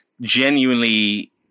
genuinely